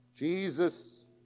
Jesus